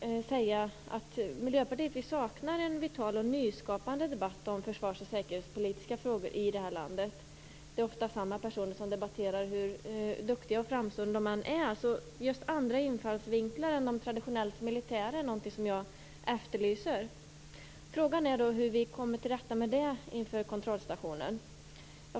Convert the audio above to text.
Miljöpartiet saknar en vital och nyskapande debatt om försvars och säkerhetspolitiska frågor i det här landet. Det är ofta samma personer som debatter. Hur duktiga och framstående de än är efterlyser jag andra infallsvinklar än de traditionellt militära. Frågan är hur vi kommer till rätta med det inför kontrollstationen.